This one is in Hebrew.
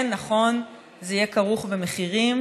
כן, נכון, זה יהיה כרוך במחירים,